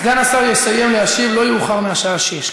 סגן השר יסיים להשיב לא יאוחר מהשעה 18:00,